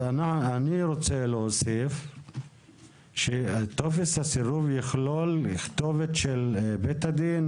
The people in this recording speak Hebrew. אז אני רוצה להוסיף שטופס הסירוב יכלול את כתובת בית הדין,